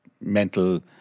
mental